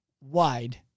wide